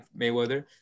Mayweather